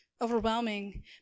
overwhelming